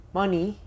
money